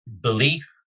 belief